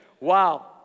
Wow